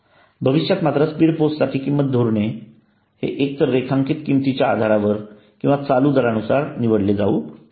भविष्यात मात्र स्पीड पोस्टसाठीचे किंमत धोरण हे एक तर रेखांकित किंमतीच्या आधारावर किंवा चालू दरानुसार निवडले जाऊ शकते